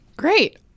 Great